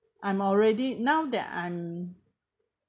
I'm already now that I'm